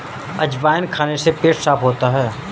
अजवाइन खाने से पेट साफ़ होता है